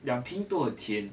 两瓶都很甜